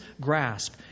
grasp